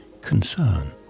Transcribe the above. concern